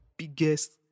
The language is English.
biggest